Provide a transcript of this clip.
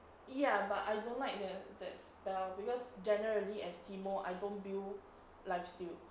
ya but I don't like the that spell because generally as teemo I don't build life steal